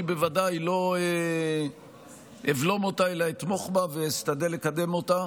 אני בוודאי לא אבלום אותה אלא אתמוך בה ואשתדל לקדם אותה.